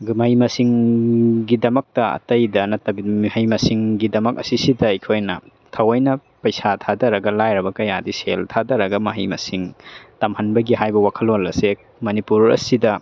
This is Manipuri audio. ꯑꯗꯨ ꯃꯍꯩ ꯃꯁꯤꯡꯒꯤꯗꯃꯛꯇ ꯑꯇꯩꯗ ꯅꯠꯇꯕꯤ ꯃꯍꯩ ꯃꯁꯤꯡꯒꯤꯗꯃꯛ ꯑꯁꯤꯁꯤꯗ ꯑꯩꯈꯣꯏꯅ ꯊꯑꯣꯏꯅ ꯄꯩꯁꯥ ꯊꯥꯗꯔꯒ ꯂꯥꯏꯔꯕ ꯀꯌꯥꯗꯤ ꯁꯦꯜ ꯊꯥꯗꯔꯒ ꯃꯍꯩ ꯃꯁꯤꯡ ꯇꯝꯍꯟꯕꯒꯤ ꯍꯥꯏꯕ ꯋꯥꯈꯜꯂꯣꯜ ꯑꯁꯦ ꯃꯅꯤꯄꯨꯔ ꯑꯁꯤꯗ